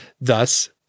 Thus